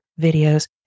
videos